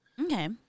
Okay